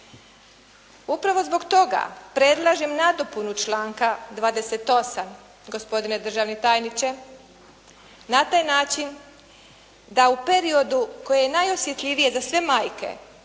Upravo zbog toga, predlažem nadopunu članka 28. gospodine državni tajniče, na taj način da u periodu koje je najosjetljivije za sve majke,